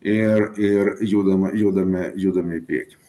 ir ir judama judame judame į priekį